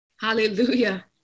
Hallelujah